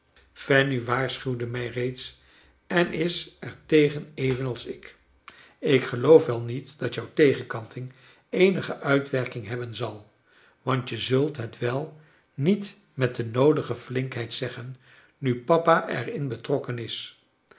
fanny waarschuwde mij reeds en iser tegen evenals ik ik geloof wel niet dat jou tegenkanting eenige uitwerking hebben zal want je zult het wel niet met de noodige flinkheid zeggen nu papa er in betrokken is